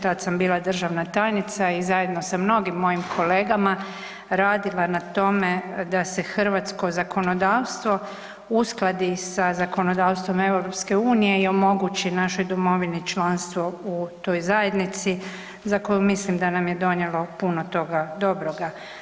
Tad sam bila državna tajnica i zajedno sa mnogim mojim kolegama radila na tome da se hrvatsko zakonodavstvo uskladi sa zakonodavstvom EU i omogući našoj Domovini članstvo u toj zajednici za koju mislim da nam je donijelo puno toga dobroga.